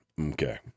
okay